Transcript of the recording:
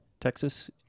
texas